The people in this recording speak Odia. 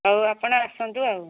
ହଉ ଆପଣ ଆସନ୍ତୁ ଆଉ